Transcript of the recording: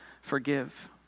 forgive